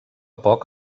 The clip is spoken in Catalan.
poc